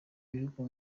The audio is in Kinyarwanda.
bihugu